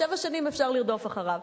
שבע שנים אפשר לרדוף אחריו,